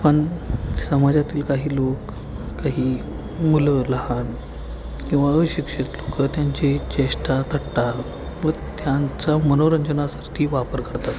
पण समाजातील काही लोक काही मुलं लहान किंवा अशिक्षित लोक त्यांची चेष्टा थट्टा व त्यांचा मनोरंजनासाठी वापर करतात